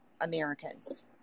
Americans